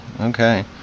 Okay